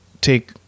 take